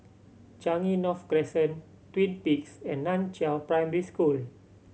Changi North Crescent Twin Peaks and Nan Chiau Primary School